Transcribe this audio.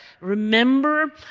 Remember